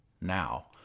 now